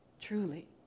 truly